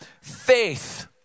faith